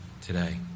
today